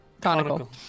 conical